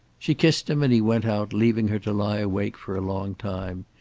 she kissed him and he went out, leaving her to lie awake for a long time.